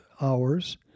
hours